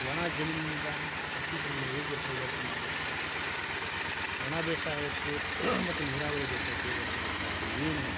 ಒಣ ಜಮೀನಿನಿಂದ ಹಸಿ ಜಮೀನಿಗೆ ಹೇಗೆ ಪರಿವರ್ತನೆ ಆಗುತ್ತೆ ಒಣ ಬೇಸಾಯಕ್ಕೂ ಮತ್ತು ನೀರಾವರಿ ಬೇಸಾಯಕ್ಕಿರುವಂಥ ವ್ಯತ್ಯಾಸ ಏನು